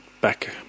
back